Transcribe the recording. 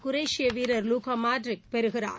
குரேஷிய வீரர் Luka Modric பெறுகிறார்